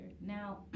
Now